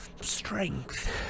strength